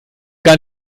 gar